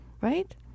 right